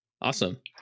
awesome